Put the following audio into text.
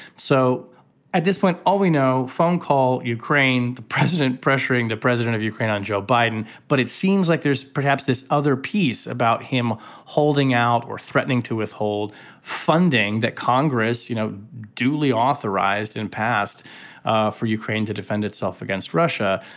so at this point all we know. phone call. ukraine. the president pressuring the president of ukraine on joe biden but it seems like there's perhaps this other piece about him holding out or threatening to withhold funding that congress you know duly authorized and passed for ukraine to defend itself against russia.